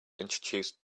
introduce